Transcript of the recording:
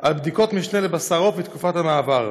על בדיקות משנה לבשר עוף בתקופת המעבר.